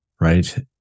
right